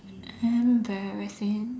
embarrassing